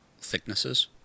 thicknesses